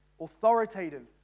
authoritative